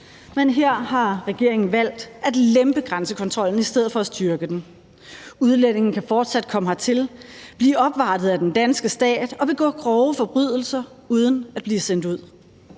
Men her har regeringen valgt at lempe grænsekontrollen i stedet for at styrke den. Udlændinge kan fortsat komme hertil, blive opvartet af den danske stat og begå grove forbrydelser uden at blive sendt ud.